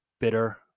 bitter